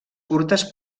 curtes